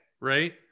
right